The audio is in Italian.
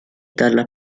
dalla